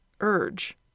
urge